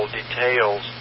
details